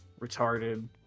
retarded